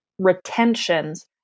retentions